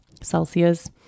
Celsius